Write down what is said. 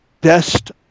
best